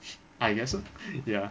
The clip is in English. I guess so ya